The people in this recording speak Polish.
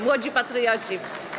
Młodzi patrioci.